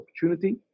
opportunity